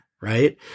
Right